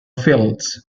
fields